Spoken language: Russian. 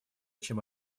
чем